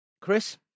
Chris